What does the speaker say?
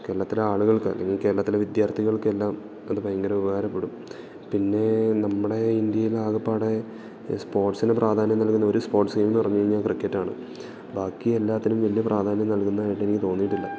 കേരളത്തിലെ ആളുകൾക്ക് അല്ലെങ്കില് കേരളത്തിലെ വിദ്യാർത്ഥികൾക്കെല്ലാം അതു ഭയങ്കര ഉപകാരപ്പെടും പിന്നെ നമ്മുടെ ഇന്ത്യയിലാകപ്പാടെ സ്പോർട്സിനു പ്രാധാന്യം നൽകുന്ന ഒരു സ്പോർട്സ് ഗെയിമെന്നു പറഞ്ഞുകഴിഞ്ഞാല് ക്രിക്കറ്റാണ് ബാക്കി എല്ലാത്തിനും വലിയ പ്രാധാന്യം നൽകുന്നതായിട്ട് എനിക്കു തോന്നിയിട്ടില്ല